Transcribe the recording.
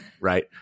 right